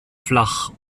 flach